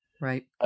Right